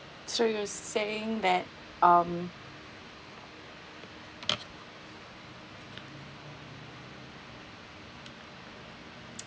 so you're saying that um